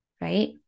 right